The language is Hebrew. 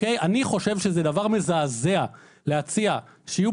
אני חושב שזה דבר מזעזע להציע שיהיו